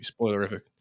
spoilerific